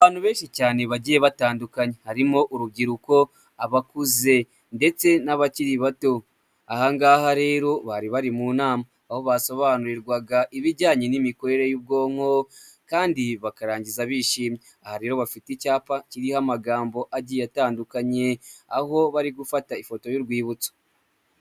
Abantu benshi cyane bagiye batandukanye, harimo urubyiruko, abakuze ndetse n'abakiri bato. Aha ngaha rero bari bari mu nama, aho basobanurirwaga ibijyanye n'imikorere y'ubwonko kandi bakarangiza bishimye. Aha rero bafite icyapa kiriho amagambo agiye atandukanye, aho bari gufata ifoto y'urwibutso.